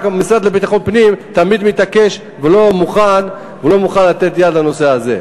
רק המשרד לביטחון פנים תמיד מתעקש ולא מוכן לתת יד לנושא הזה.